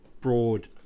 broad